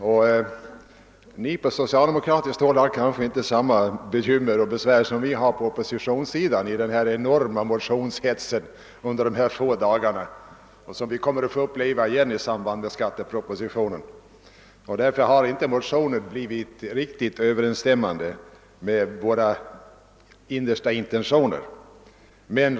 Ni har på socialdemokratiskt håll inte samma bekymmer och press som vi har på oppositionssidan i den motionshets som råder under den korta allmänna motionstiden och som vi snart åter igen kommer att få uppleva i samband med framläggandet av skattepropositionen. Motionen har på grund av dessa pressade förhållanden inte riktigt kommit att stå i överensstämmelse med våra innersta intentioner.